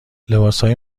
لباسهای